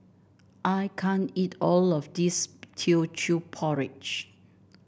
I can't eat all of this Teochew Porridge